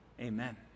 Amen